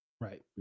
Right